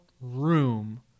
room